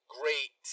great